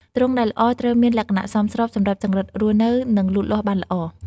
ទ្រុងដែលល្អត្រូវមានលក្ខណៈសមស្របសម្រាប់ចង្រិតរស់នៅ និងលូតលាស់បានល្អ។